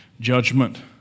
judgment